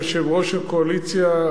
יושב-ראש הקואליציה,